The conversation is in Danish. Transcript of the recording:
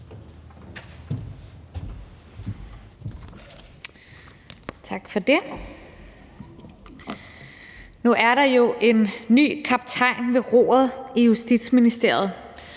Nu er der jo en ny kaptajn ved roret i Justitsministeriet,